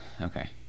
Okay